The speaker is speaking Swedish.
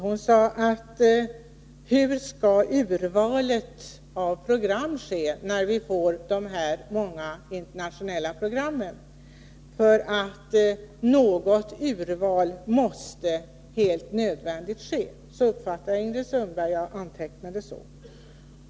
Hon frågade hur urvalet av program skulle ske när man får dessa många internationella program och menade att något urval helt nödvändigt måste ske. Så uppfattade jag Ingrid Sundberg.